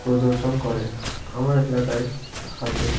প্রদর্শন করে আমার এলাকায় হাতে